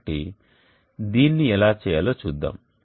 కాబట్టి దీన్ని ఎలా చేయాలో చూద్దాం